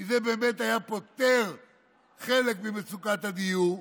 כי זה באמת היה פותר חלק ממצוקת הדיור.